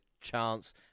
chance